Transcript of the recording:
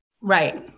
Right